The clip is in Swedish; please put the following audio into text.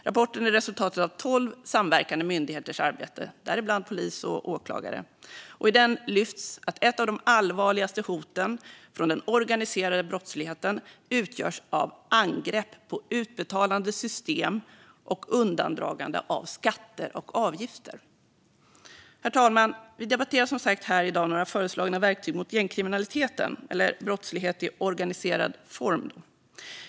Rapporten är resultatet av tolv samverkande myndigheters arbete, däribland polis och åklagare, och i den lyfts att ett av de allvarligaste hoten från den organiserade brottsligheten utgörs av angrepp på utbetalande system och undandragande av skatter och avgifter. Herr talman! Vi debatterar som sagt här i dag några föreslagna verktyg mot gängkriminalitet, eller brottslighet i organiserad form.